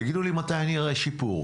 תגידו לי מתי אני אראה שיפור.